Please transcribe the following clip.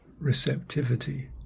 receptivity